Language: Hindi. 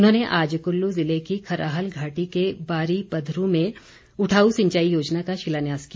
उन्होंने आज कुल्लू ज़िले की खराहल घाटी के बारी पधरू में उठाऊ सिंचाई योजना का शिलान्यास किया